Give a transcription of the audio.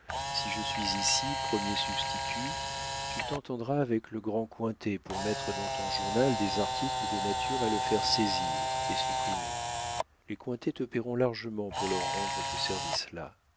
si je suis ici premier substitut tu t'entendras avec le grand cointet pour mettre dans ton journal des articles de nature à le faire saisir et supprimer les cointet te payeront largement pour leur rendre ce service là